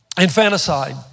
infanticide